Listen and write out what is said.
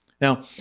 Now